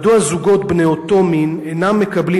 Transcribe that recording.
1. מדוע זוגות בני אותו מין אינם מקבלים